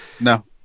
No